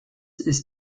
ist